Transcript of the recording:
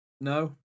No